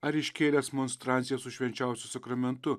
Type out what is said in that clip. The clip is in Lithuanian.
ar iškėlęs monstranciją su švenčiausiu sakramentu